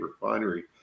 refinery